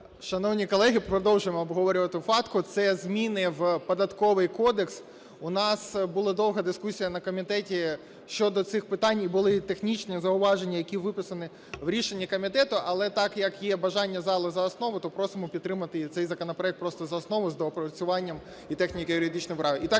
Шановні колеги, продовжуємо обговорювати FATCA, це зміни в Податковий кодекс. У нас була довго дискусія на комітеті щодо цих питань і були і технічні зауваження, які виписані в рішенні комітету, але так як є бажання зали за основу, то просимо підтримати і цей законопроект просто за основу з доопрацюванням і техніко-юридичними правками.